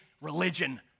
religion